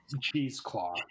cheesecloth